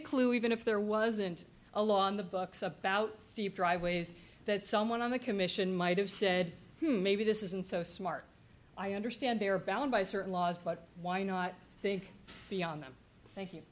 a clue even if there wasn't a law on the books about steve driveways that someone on the commission might have said maybe this isn't so smart i understand they are bound by certain laws but why not think beyond them thank